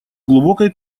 глубокой